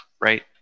right